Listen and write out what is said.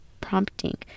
prompting